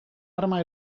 arma